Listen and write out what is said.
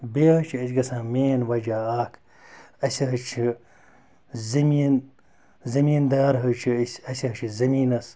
بیٚیہِ حظ چھِ أسۍ گژھان مین وَجہ اَکھ اَسہِ حظ چھِ زٔمیٖن زٔمیٖندار حظ چھِ أسۍ اَسہِ حظ چھِ زٔمیٖنَس